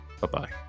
bye-bye